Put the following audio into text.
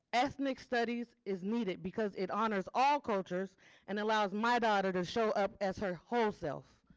ethnic studies is needed because it honors all cultures and allows my daughter to show up as her whole self.